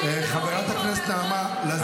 חברת הכנסת נעמה לזימי.